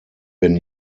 wenn